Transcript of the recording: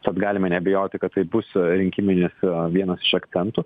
tad galime neabejoti kad tai bus rinkiminis vienas iš akcentų